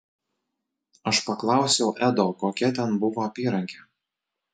aš paklausiau edo kokia ten buvo apyrankė